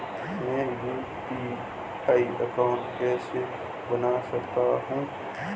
मैं UPI account कैसे बना सकता हूं?